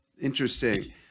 Interesting